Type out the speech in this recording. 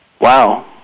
wow